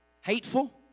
hateful